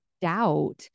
doubt